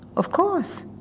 of course.